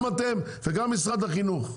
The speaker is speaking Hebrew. גם אתם וגם משרד החינוך.